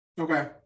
okay